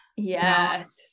Yes